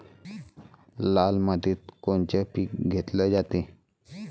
लाल मातीत कोनचं पीक घेतलं जाते?